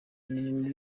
imirimo